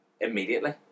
immediately